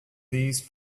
these